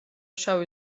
შავი